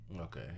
Okay